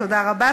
תודה רבה.